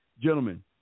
Gentlemen